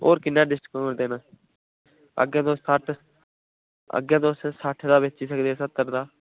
होर किन्ना डिस्काउंट देना अग्गैं तुस सट्ठ अग्गैं तुस सट्ठ दा बेची सकदे सत्तर दा